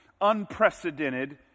unprecedented